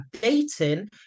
dating